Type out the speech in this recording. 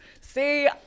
See